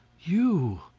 you,